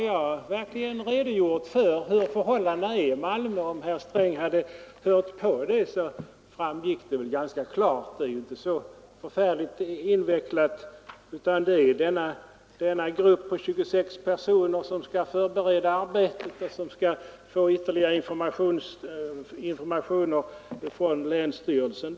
Jag har nu redogjort för förhållandena i Malmö — det borde ha framgått ganska klart av mitt anförande, om herr Sträng hade hört på. Det hela är inte heller så förfärligt invecklat. Där finns alltså en grupp på 26 personer som skall förbereda arbetet och som skall få ytterligare informationer från länsstyrelsen.